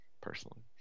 personally